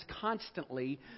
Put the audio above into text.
constantly